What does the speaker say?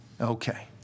Okay